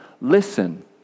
listen